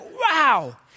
wow